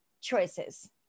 choices